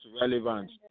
relevant